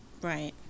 Right